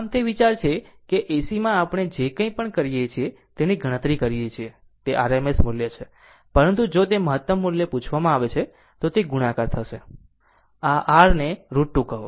આમ તે આ વિચાર છે કે ACમાં આપણે જે કંઇ પણ કરીએ છીએ તેની ગણતરી કરીએ છીએ તે RMS મૂલ્ય છે પરંતુ જો તે મહત્તમ મૂલ્ય પૂછવામાં આવે છે તો તે ગુણાકાર થશે આ r ને √2 કહો